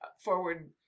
forward